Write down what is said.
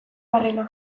barrena